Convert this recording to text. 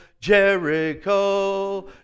Jericho